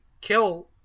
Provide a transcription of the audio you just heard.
kill